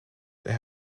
there